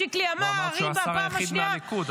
שיקלי אמר: אם בפעם השנייה --- אמרת שהוא השר היחיד מהליכוד,